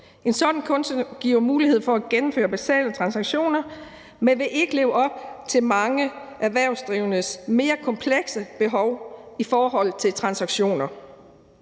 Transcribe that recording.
En sådan konto giver mulighed for at gennemføre basale transaktioner, men vil ikke leve op til mange erhvervsdrivendes mere komplekse behov i forhold til transaktioner.